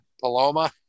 Paloma